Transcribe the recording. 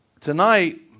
Tonight